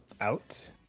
out